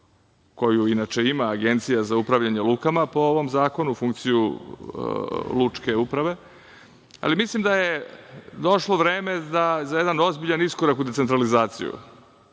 koju inače ima Agencija za upravljanje lukama po ovom zakonu, funkciju lučke uprave, ali mislim da je došlo vreme za jedan ozbiljan iskorak u decentralizaciji.